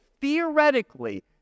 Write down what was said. theoretically